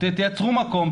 תייצרו מקום,